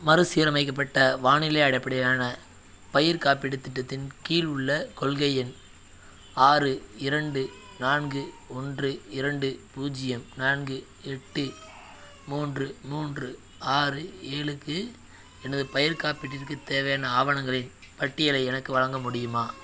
மறுசீரமைக்கப்பட்ட வானிலை அடிப்படையிலான பயிர் காப்பீட்டுத் திட்டத்தின் கீழ் உள்ள கொள்கை எண் ஆறு இரண்டு நான்கு ஒன்று இரண்டு பூஜ்ஜியம் நான்கு எட்டு மூன்று மூன்று ஆறு ஏழுக்கு எனது பயிர் காப்பீட்டிற்குத் தேவையான ஆவணங்களின் பட்டியலை எனக்கு வழங்க முடியுமா